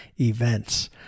events